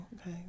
Okay